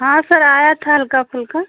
हाँ सर आया था हल्का फुल्का